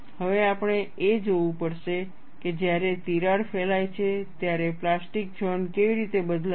હવે આપણે એ જોવું પડશે કે જ્યારે તિરાડ ફેલાય છે ત્યારે પ્લાસ્ટિક ઝોન કેવી રીતે બદલાય છે